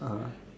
uh